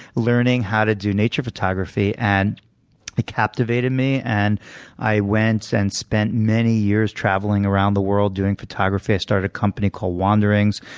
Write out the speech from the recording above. learning how to do nature photography. and it captivated me. and i went and spent many years traveling around the world, doing photography. i started a company called wanderings.